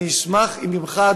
אני אשמח אם ממך,